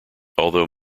although